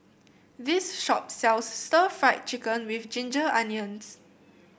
this shop sells Stir Fried Chicken with Ginger Onions